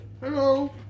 Hello